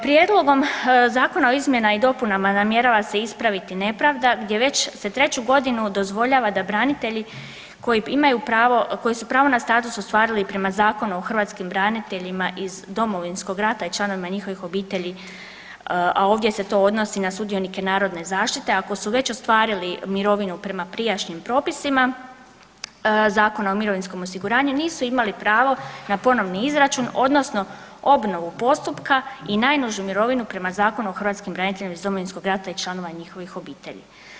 Prijedlogom zakona o izmjena i dopunama namjerava se ispraviti nepravda gdje već se 3. godinu dozvoljava da branitelji koji su pravo na status ostvarili prema Zakonu o hrvatskim braniteljima iz Domovinskog rata i članovima njihovih obitelji, a ovdje se to odnosi na sudionike Narodne zaštite ako su već ostvarili mirovinu prema prijašnjim propisima Zakon o mirovinskom osiguranju nisu ima pravo na ponovni izračun odnosno obnovu postupka i najnižu mirovinu prema Zakonu o hrvatskim braniteljima iz Domovinskog rata i članova njihovih obitelji.